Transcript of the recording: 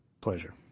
Pleasure